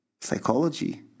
psychology